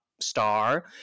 star